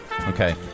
okay